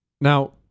now